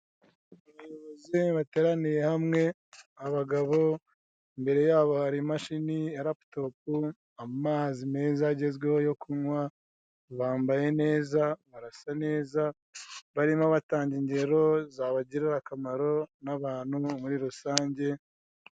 Abayobozi bateraniye hamwe, abagabo imbere yabo hari imashini ya laputopu, amazi meza agezweho yo kunywa bambaye neza, barasa neza barimo batanga ingero zabagirira akamaro n'abantu muri rusange.